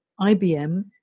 IBM